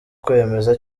kwemeza